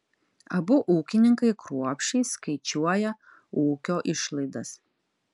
abu ūkininkai kruopščiai skaičiuoja ūkio išlaidas